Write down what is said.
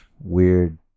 weird